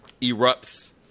erupts